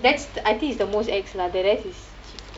that's I think it's the most ex lah the rest is